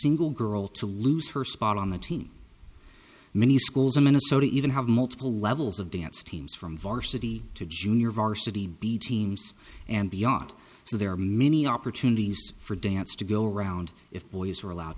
single girl to lose her spot on the team many schools in minnesota even have multiple levels of dance teams from varsity to junior varsity b teams and beyond so there are many opportunities for dance to go around if boys are allowed